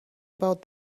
about